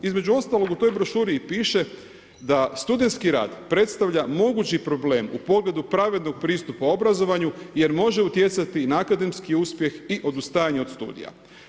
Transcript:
Između ostalog, u toj brošuri i piše da studentski rad, predstavlja mogući problem u pogledu pravednog pristupu obrazovanju, jer može utjecati na akademski uspjeh i odustajanje od studija.